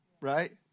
right